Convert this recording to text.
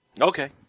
Okay